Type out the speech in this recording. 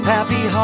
Happy